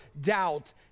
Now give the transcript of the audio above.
doubt